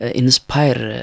inspire